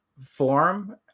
form